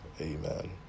amen